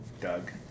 Doug